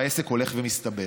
והעסק הולך ומסתבך.